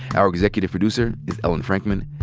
our executive producer is ellen frankman.